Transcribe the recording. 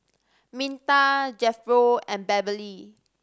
Minta Jethro and Beverly